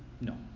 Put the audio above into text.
No